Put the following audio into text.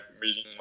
meeting